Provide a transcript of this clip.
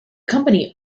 company